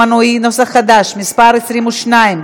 רגע, שנייה.